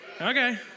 Okay